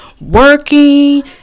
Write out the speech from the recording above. working